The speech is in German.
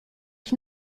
ich